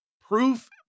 proof